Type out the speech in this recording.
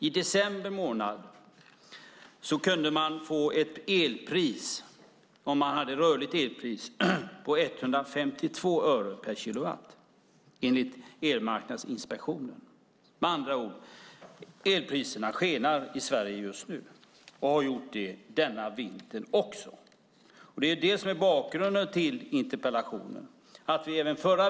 I december månad kunde man, om man hade rörligt elpris, få ett elpris på 152 öre per kilowattimme enligt Elmarknadsinspektionen. Med andra ord: Elpriserna skenar i Sverige just nu. De har alltså gjort det den här vintern också. Detta är bakgrunden till interpellationen.